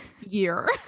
year